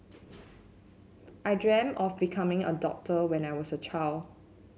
I dreamt of becoming a doctor when I was a child